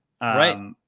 Right